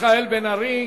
מיכאל בן-ארי.